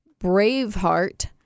braveheart